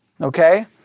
okay